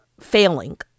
failing